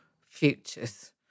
futures